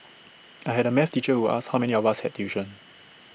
I had A math teacher who asked how many of us had tuition